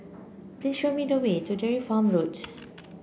please show me the way to Dairy Farm Road